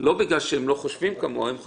לא מכיוון שהם לא חושבים כמונו אלא מכיוון